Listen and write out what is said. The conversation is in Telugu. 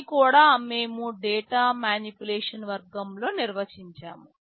ఇది కూడా మేము డేటా మానిప్యులేషన్ వర్గంలో నిర్వచించాము